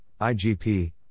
IGP